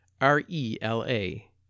R-E-L-A